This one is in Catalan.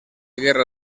guerra